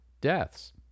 deaths